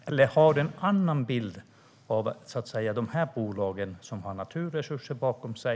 Eller har du en annan bild när det gäller vem som ska äga dessa bolag som har naturresurser bakom sig?